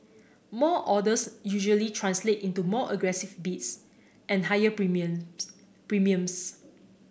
more orders usually translate into more aggressive bids and higher premiums